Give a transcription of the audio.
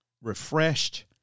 refreshed